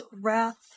Wrath